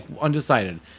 undecided